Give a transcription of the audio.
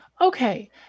Okay